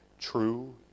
true